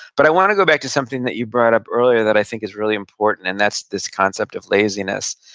but i want to go back to something that you brought up earlier that i think is really important, and that's this concept of laziness.